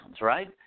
right